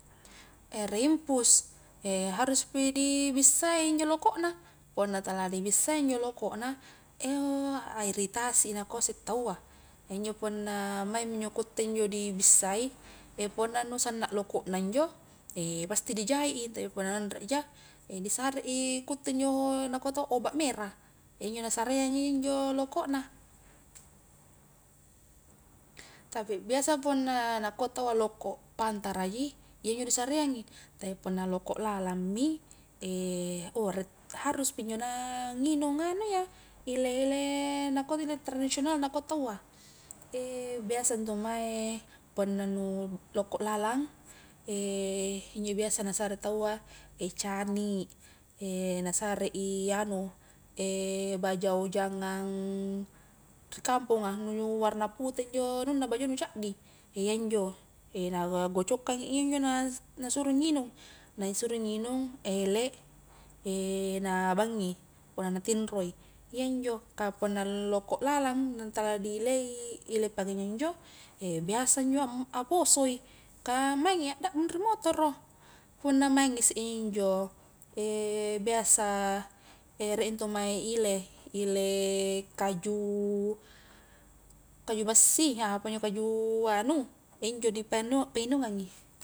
Ere impus haruspi di bissa injo lokona, punna tala dibissai injo lokona iritasi i nakua isse taua, injo punna maingmi njo kutte njo dibissai, punna nu sanna loko na injo pasti dijait i api punna anreja disare i kutte injo nakua taua obat merah, injo nasareangi injo lokona, tapi biasa punna nakua taua loko pantaraji, iyanjo disareangi, tapi punna loko lalangmi, haruspi injo na nginung anu iya ile-ile nakua ile tradisional nakua taua, biasa ntu mae punna nu loko lalang, injo biasa nasare taua cani, nasarei anu, bajao jangang ri kamponga nu warna pute njo bajao na caddi, iya njo nagocokkangi iya njo nasuro nginung, na suro nginung ele, nah bangi punna natinroi, iyanjo ka punna loko lalang nah tala di ilei ile pakunjo njo biasa njo aposoi kah maingi a dabbung ri motoro, punna maengi isse injo biasa rie intu mae ile, ile kaju, kaju bassi apanjo kaju anu injo dipainu-painungangi.